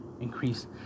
increase